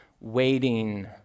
waiting